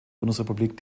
bundesrepublik